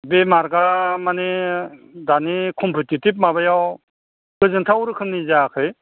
बे मार्कआ माने दानि कम्पिटेटिभ माबायाव गोजोनथाव रोखोमनि जायाखै